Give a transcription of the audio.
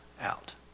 out